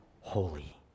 holy